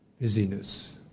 busyness